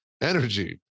energy